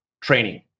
training